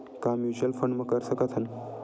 का mutual fund म कर सकत हन?